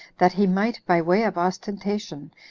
that he might, by way of ostentation,